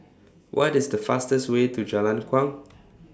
What IS The fastest Way to Jalan Kuang